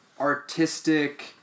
artistic